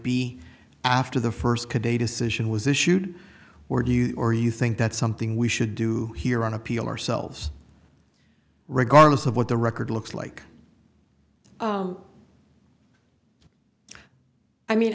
be after the first kid a decision was issued or do you or you think that's something we should do here on appeal ourselves regardless of what the record looks like i mean